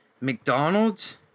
McDonald's